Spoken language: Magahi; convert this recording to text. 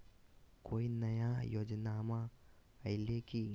कोइ नया योजनामा आइले की?